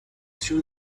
threw